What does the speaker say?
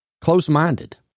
Close-minded